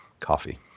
coffee